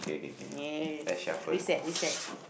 eh reset reset